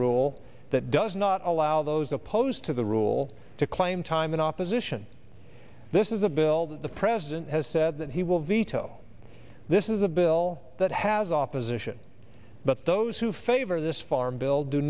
rule that does not allow those opposed to the rule to claim time in opposition this is a bill that the president has said that he will veto this is a bill that has offices ition but those who favor this farm bill do